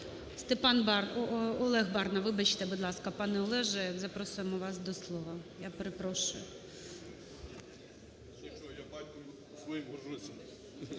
Олег Барна. Вибачте, будь ласка, пане Олеже, запросимо вас до слова. Я перепрошую.